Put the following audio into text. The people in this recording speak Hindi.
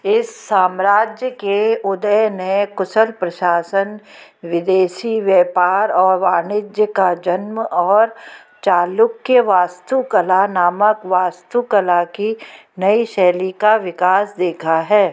इस साम्राज्य के उदय ने कुशल प्रशासन विदेशी व्यापार औ वाणिज्य का जन्म और चालुक्य वास्तुकला नामक वास्तुकला की नई शैली का विकास देखा है